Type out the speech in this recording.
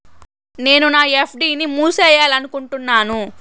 నేను నా ఎఫ్.డి ని మూసేయాలనుకుంటున్నాను